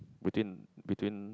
between between